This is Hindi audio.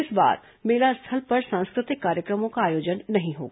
इस बार मेला स्थल पर सांस्कृतिक कार्यक्रमों का आयोजन नहीं होगा